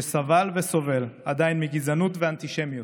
שסבל ועדיין סובל מגזענות ואנטישמיות,